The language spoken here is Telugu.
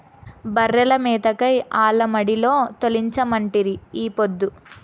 బర్రెల మేతకై ఆల మడిలో తోలించమంటిరి ఈ పొద్దు